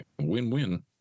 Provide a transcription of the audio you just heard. win-win